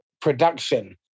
production